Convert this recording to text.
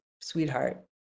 sweetheart